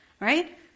Right